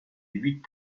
huit